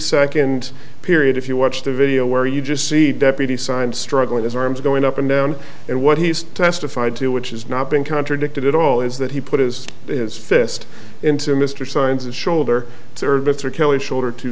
second period if you watch the video where you just see deputy signed struggling his arms going up and down and what he's testified to which is not being contradicted at all is that he put his fist into mr science and shoulder servitor kelly shoulder to